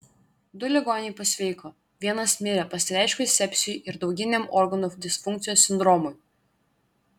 du ligoniai pasveiko vienas mirė pasireiškus sepsiui ir dauginiam organų disfunkcijos sindromui